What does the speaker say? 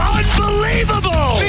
unbelievable